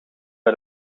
bij